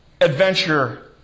adventure